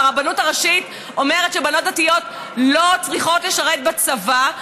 הרבנות הראשית אומרת שבנות דתיות לא צריכות לשרת בצבא,